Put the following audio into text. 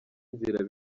inzira